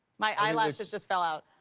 my eyelashes just fell out.